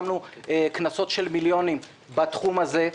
הטלנו קנסות של מיליוני שקלים בתחום הזה.